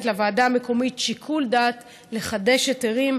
לוועדה המקומית שיקול דעת לחדש היתרים,